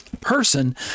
person